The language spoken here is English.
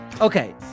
Okay